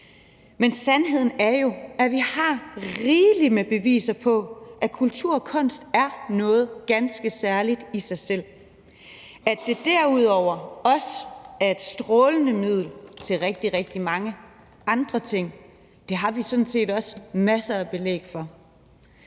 Men sandheden er jo, at vi har rigeligt med beviser på, at kultur og kunst er noget ganske særligt i sig selv. At den derudover er et strålende middel til rigtig, rigtig mange andre ting, har vi sådan set også masser af belæg for.